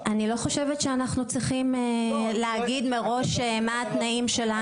אני לא חושבת שאנחנו צריכים להגיד מראש את התנאים שלנו.